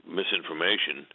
misinformation